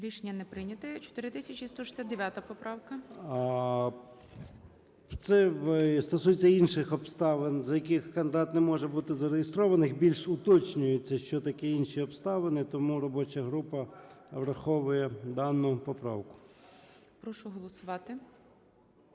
Рішення не прийнято. 4169 поправка. 10:54:18 ЧЕРНЕНКО О.М. Це стосується інших обставин, за яких кандидат не може бути зареєстрованим. Більше уточнюється, що таке інші обставини. Тому робоча група враховує дану поправку. ГОЛОВУЮЧИЙ. Прошу голосувати.